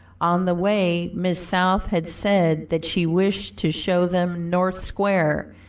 on the way miss south had said that she wished to show them north square,